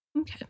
Okay